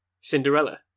Cinderella